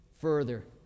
further